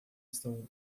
estão